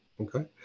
Okay